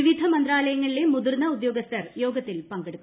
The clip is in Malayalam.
വിവിധ മന്ത്രാലയങ്ങളിലെ മുതിർന്ന ഉദ്യോഗസ്ഥർ യോഗത്തിൽ പങ്കെടുക്കും